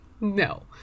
No